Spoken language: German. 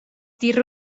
die